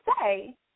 say